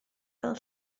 fel